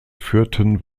führten